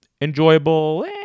enjoyable